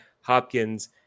Hopkins